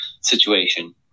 situation